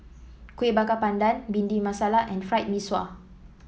Kuih Bakar Pandan Bhindi Masala and Fried Mee Sua